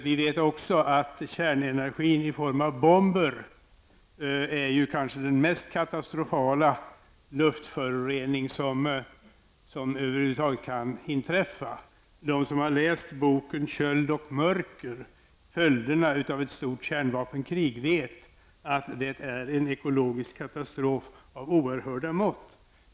Vi vet också att kärnenergin i form av bomber kan leda till den mest katastrofala luftförorening som över huvud taget kan inträffa. De som har läst boken Köld och mörker, följderna av ett stort kärnvapenkrig, vet att detta är en ekologisk katastrof av oerhörda mått.